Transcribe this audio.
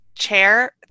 chair